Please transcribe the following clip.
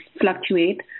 fluctuate